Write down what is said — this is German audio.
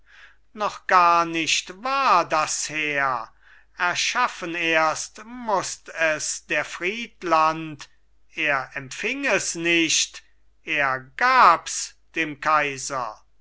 noch gar nicht war das heer erschaffen erst mußt es der friedland er empfing es nicht er gabs dem kaiser